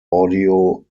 audio